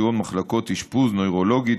כגון מחלקת אשפוז נוירולוגית,